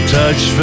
touch